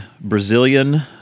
Brazilian